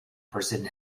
person